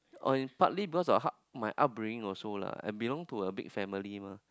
or in partly because of hard~ my upbringing also lah I belong to a big family mah